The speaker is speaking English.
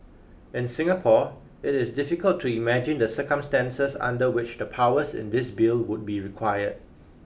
in Singapore it is difficult to imagine the circumstances under which the powers in this bill would be required